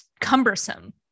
cumbersome